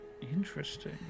Interesting